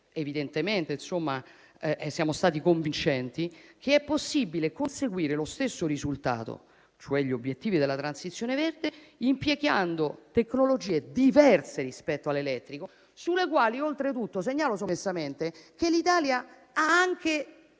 evidentemente siamo stati convincenti - che è possibile conseguire lo stesso risultato, cioè gli obiettivi della transizione verde, impiegando tecnologie diverse rispetto all'elettrico, sulle quali oltretutto segnalo sommessamente che l'Italia rappresenta